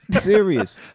Serious